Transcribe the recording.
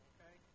Okay